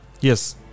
Yes